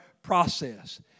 Process